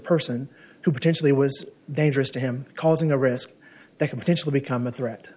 person who potentially was dangerous to him causing a risk that can potentially become a threat